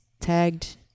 tagged